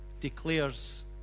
declares